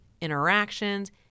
interactions